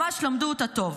ממש למדו אותה טוב.